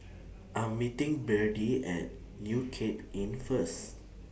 I Am meeting Byrdie At New Cape Inn First